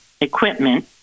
equipment